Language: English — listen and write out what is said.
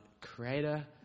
creator